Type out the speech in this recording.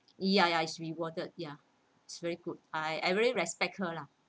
ya ya is rewarded ya it's very good I I really respect her lah